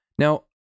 Now